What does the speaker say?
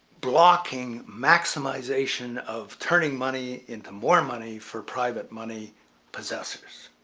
blocking maximization of turning money into more money for private money possessors.